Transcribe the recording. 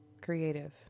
creative